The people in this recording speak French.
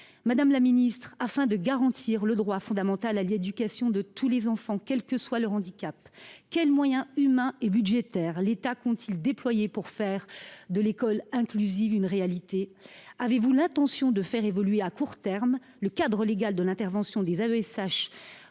Madame la ministre, afin de garantir le droit fondamental à l’éducation pour tous les enfants, quel que soit leur handicap, quels moyens humains et budgétaires l’État compte t il déployer pour faire de l’école inclusive une réalité ? Avez vous l’intention de faire évoluer rapidement le cadre légal de l’intervention des AESH